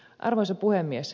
arvoisa puhemies